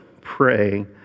pray